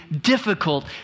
difficult